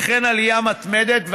וכן עלייה מתמדת,